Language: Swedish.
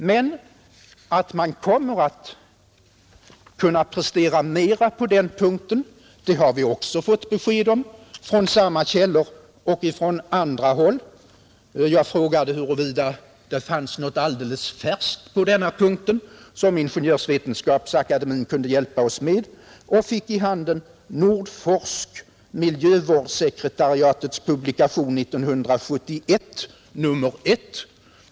Men att man kommer att kunna prestera mera också ”på skorstensnivå” ger sakkunskapen besked om. Jag har här i handen Nordforsk, Miljövårdssekretariatet, Publikation 1971:1.